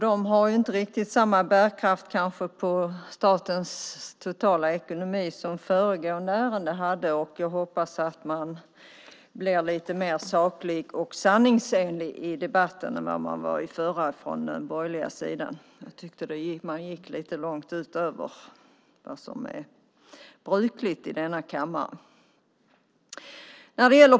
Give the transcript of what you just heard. Det har kanske inte riktigt samma bärkraft på statens totala ekonomi som föregående ärende hade, och jag hoppas att man blir lite mer saklig och sanningsenlig i debatten än vad man var i den förra från den borgerliga sidan. Jag tycker att man gick lite längre än vad som är brukligt i denna kammare.